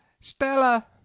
stella